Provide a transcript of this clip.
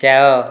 ଯାଅ